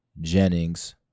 Jennings